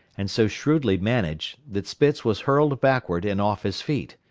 and so shrewdly managed, that spitz was hurled backward and off his feet.